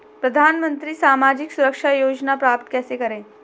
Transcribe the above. प्रधानमंत्री सामाजिक सुरक्षा योजना प्राप्त कैसे करें?